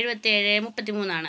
എഴുപത്തി ഏഴ് മുപ്പത്തി മൂന്ന് ആണ്